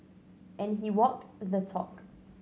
and he walked the talk